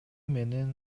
менен